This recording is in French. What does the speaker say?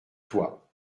toi